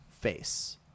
face